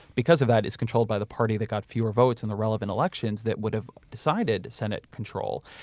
because of that, is controlled by the party that got fewer votes in the relevant elections that would have decided senate control.